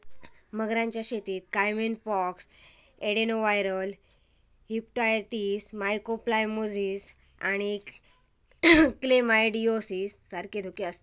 मगरांच्या शेतीत caiman pox, adenoviral hepatitis, mycoplasmosis आणि क्लेमायडिओसिस सारखे धोके आसतत